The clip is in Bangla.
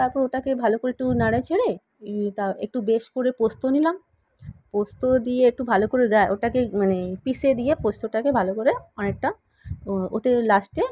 তারপর ওটাকে একটু ভালো করে নাড়ে চেড়ে তা একটু বেশ করে পোস্ত নিলাম পোস্ত দিয়ে এট্টু ভালো করে দ্যা ওটাকে মানে পিসে দিয়ে পোস্তটাকে ভালো করে অনেকটা ওতে লাস্টে